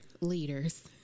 leaders